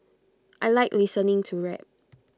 I Like listening to rap